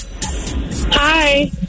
Hi